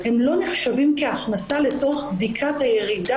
הם לא נחשבים כהכנסה לצורך בדיקת הירידה